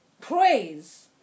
praise